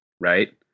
right